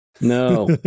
No